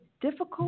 difficult